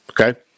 Okay